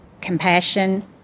Compassion